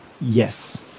Yes